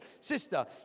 sister